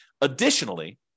Additionally